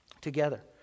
together